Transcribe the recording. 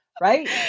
Right